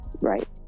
Right